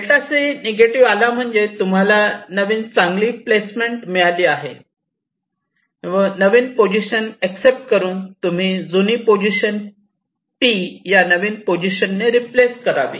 ΔC negative आला म्हणजे तुम्हाला नवीन सांगली प्लेसमेंट मिळाली आहे नवीन पोझिशन एक्सेप्ट करून जुनी पोझिशन P या नवीन पोझिशन ने रिप्लेस करावी